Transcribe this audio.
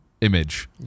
image